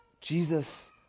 Jesus